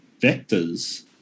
vectors